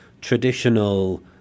traditional